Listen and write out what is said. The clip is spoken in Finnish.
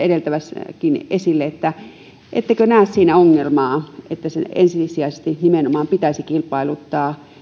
edeltävissäkin puheenvuoroissa esille ettekö näe ongelmaa siinä että ensisijaisesti nimenomaan pitäisi kilpailuttaa